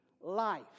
life